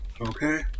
Okay